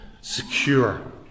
secure